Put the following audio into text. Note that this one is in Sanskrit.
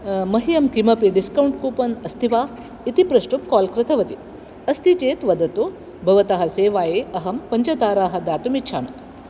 मह्यं किमपि डिस्कौण्ट् कूपन् अस्ति वा इति प्रष्टुं काल् कृतवती अस्ति चेत् वदतु भवतः सेवायै अहं पञ्चताराः दातुम् इच्छामि